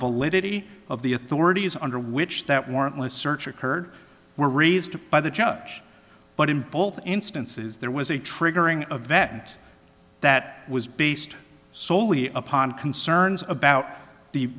validity of the authorities under which that warrantless search occurred were raised by the judge but in both instances there was a triggering event that was based soley upon concerns about the